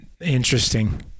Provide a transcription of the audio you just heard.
Interesting